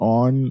on